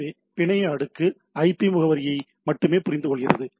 எனவே பிணைய அடுக்கு ஐபி முகவரியை மட்டுமே புரிந்துகொள்கிறது